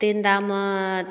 तीनदामे